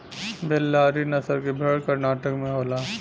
बेल्लारी नसल क भेड़ कर्नाटक में होला